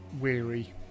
weary